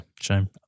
Shame